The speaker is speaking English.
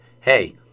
hey